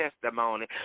testimony